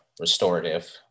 restorative